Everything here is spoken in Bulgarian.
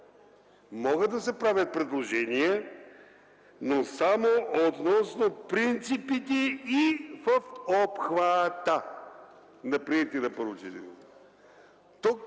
могат да се правят предложения, но само относно принципите и в обхвата на приетите на първо четене”.